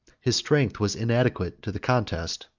his strength was inadequate to the contest.